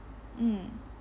mm